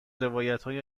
روایتهای